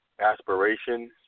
aspirations